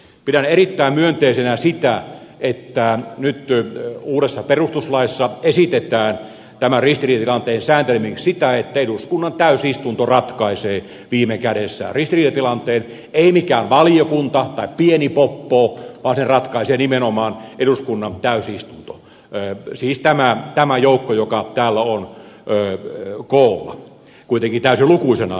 pidän erittäin myönteisenä sitä että nyt uudessa perustuslaissa esitetään tämän ristiriitatilanteen sääntelemiseksi sitä että eduskunnan täysistunto ratkaisee viime kädessä ristiriitatilanteen ei mikään valiokunta tai pieni poppoo vaan nimenomaan eduskunnan täysistunto siis tämä joukko joka täällä on kuitenkin täysilukuisena koolla